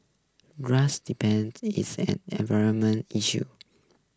grass depends is an environmental issue